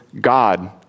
God